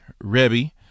Rebbe